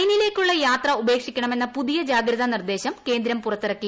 ചൈനയിലേക്കുള്ള യാത്ര ഉപേക്ഷിക്കണമെന്ന പുതിയ ജാഗ്രതാനിർദ്ദേശം കേന്ദ്രം പുറത്തിറക്കി